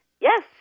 Yes